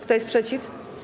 Kto jest przeciw?